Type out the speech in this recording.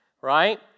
right